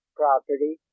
property